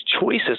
choices